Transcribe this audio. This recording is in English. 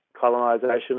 colonization